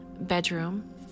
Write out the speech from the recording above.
bedroom